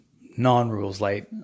non-rules-light